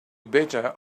better